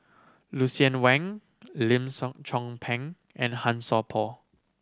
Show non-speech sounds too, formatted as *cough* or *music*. Lucien Wang Lim *unintelligible* Chong Pang and Han So Por